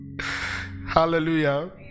Hallelujah